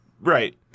Right